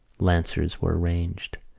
lancers were arranged.